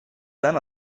then